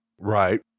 right